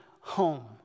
home